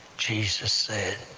jesus said,